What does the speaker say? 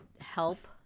help